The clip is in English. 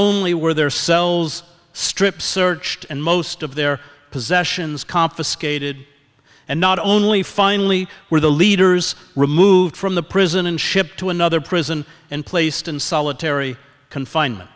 only were their cells strip searched and most of their possessions confiscated and not only finally were the leaders removed from the prison and shipped to another prison and placed in solitary confinement